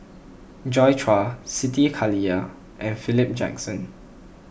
Joi Chua Siti Khalijah and Philip Jackson